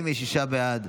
46 בעד,